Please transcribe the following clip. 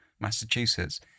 Massachusetts